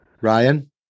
Ryan